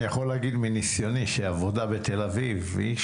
אני עובדת בעמותת ׳יוזמות אברהם׳,